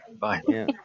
Bye